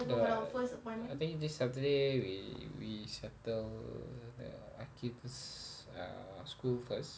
uh I think this saturday we we settle uh akid's uh school first